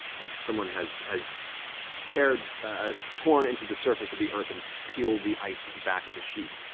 like someone has has torn ah torn into the surface of the earth and peeled the ice back like a sheet.